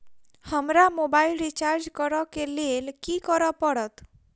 हमरा mobile recharge करऽ केँ लेल की करऽ पड़त?